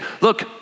look